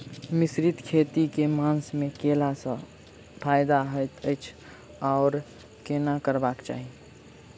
मिश्रित खेती केँ मास मे कैला सँ फायदा हएत अछि आओर केना करबाक चाहि?